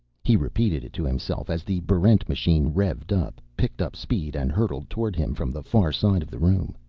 he repeated it to himself as the barrent machine revved up, picked up speed, and hurtled toward him from the far side of the room.